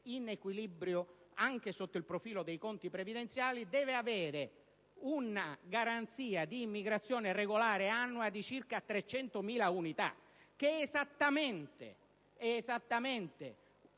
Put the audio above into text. in equilibrio anche sotto il profilo dei conti previdenziali, deve avere una garanzia di immigrazione regolare annua di circa 300.000 unità; cifra che